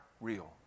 real